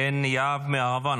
עין יהב מהערבה.